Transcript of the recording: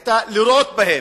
לירות בהם.